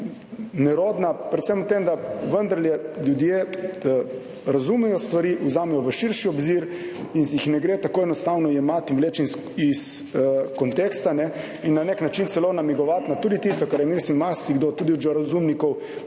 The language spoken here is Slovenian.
nerodna, predvsem v tem, da vendarle ljudje razumejo stvari, vzamejo v širši obzir in jih ne gre tako enostavno jemati in vleče iz konteksta in na nek način celo namigovati na tudi tisto, kar je, mislim, marsikdo tudi od razumnikov